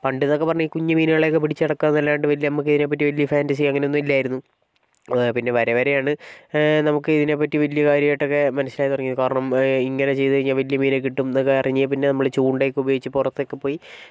പണ്ടെന്നൊക്കെ പറഞ്ഞാൽ ഈ കുഞ്ഞുമീനുകളെയൊക്കെ പിടിച്ച് നടക്കുക എന്നല്ലാണ്ട് നമുക്കിതിനെപ്പറ്റി വലിയ ഫാന്റസി അങ്ങനെ ഒന്നുമില്ലായിരുന്നു പിന്നെ വരെ വരെയാണ് നമുക്കിതിനെപ്പറ്റി വലിയ കാര്യമായിട്ടൊക്കെ മനസ്സിലായി തുടങ്ങിയത് കാരണം ഇങ്ങനെ ചെയ്തുകഴിഞ്ഞാൽ വലിയ മീനിനെ കിട്ടും എന്നൊക്കെ അറിഞ്ഞേപ്പിന്നെ നമ്മൾ ചൂണ്ടയൊക്കെ ഉപയോഗിച്ച് പുറത്തൊക്കെ പോയി